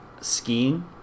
skiing